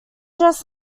dress